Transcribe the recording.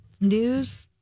news